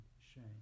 shame